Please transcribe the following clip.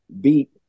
beat